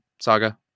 saga